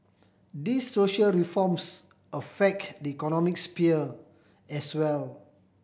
these social reforms affect the economic sphere as well